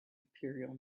imperial